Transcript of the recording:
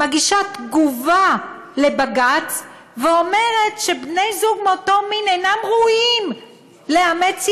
מגישה תגובה לבג"ץ ואומרת שבני זוג מאותו מין אינם ראויים לאמץ ילדים.